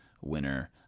winner